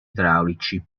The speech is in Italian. idraulici